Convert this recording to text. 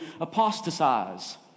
apostatize